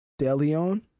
Delion